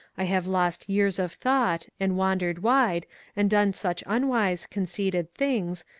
i have lost years of thought, and wandered wide and done such unwise conceited things,